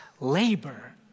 labor